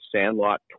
Sandlot